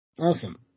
Awesome